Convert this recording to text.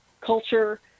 culture